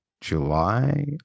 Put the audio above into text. July